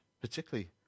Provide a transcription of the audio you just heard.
particularly